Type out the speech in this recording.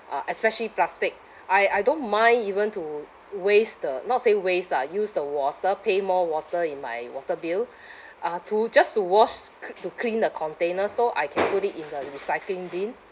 ah especially plastic I I don't mind even to waste the not say waste ah use the water pay more water in my water bill uh to just to wash cl~ to clean the container so I can put it in the recycling bin